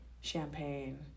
Champagne